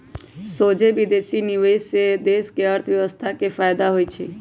सोझे विदेशी निवेश से देश के अर्थव्यवस्था के फयदा होइ छइ